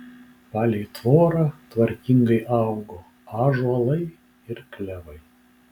palei tvorą tvarkingai augo ąžuolai ir klevai